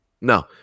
No